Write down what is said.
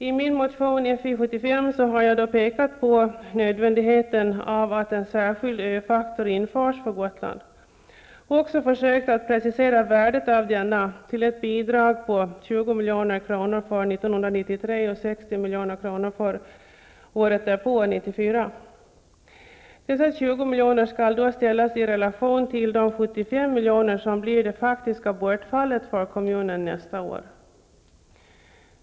I min motion Fi75 har jag pekat på nödvändigheten av att en särskild ö-faktor införs för Gotland och även försökt att precisera värdet av denna till ett bidrag på 20 milj.kr. för 1993 och 60 milj.kr. för året därpå. Dessa 20 miljoner skall då ställas i relation till de 75 miljoner som blir det faktiska bortfallet för kommunen nästa år.